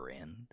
end